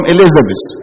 Elizabeth